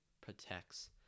protects